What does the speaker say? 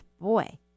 boy